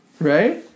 right